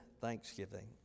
thanksgiving